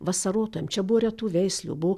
vasarotojam čia buvo retų veislių buvo